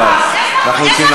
(חבר הכנסת עיסאווי פריג' יוצא מאולם המליאה.) אנחנו רוצים להמשיך.